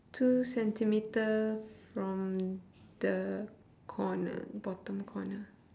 two centimetre from the corner bottom corner